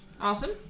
Awesome